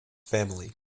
family